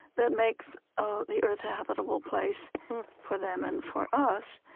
that makes ah the earth a habitable place for them and for us